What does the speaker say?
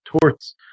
torts